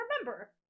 remember